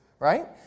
Right